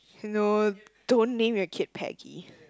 no don't name your kid Peggy